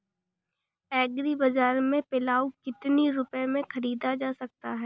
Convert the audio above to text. Agree बाजार से पिलाऊ कितनी रुपये में ख़रीदा जा सकता है?